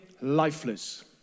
lifeless